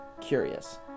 curious